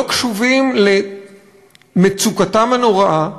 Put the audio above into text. לא קשובים למצוקתם הנוראה,